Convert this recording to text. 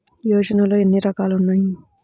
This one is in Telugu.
యోజనలో ఏన్ని రకాలు ఉన్నాయి?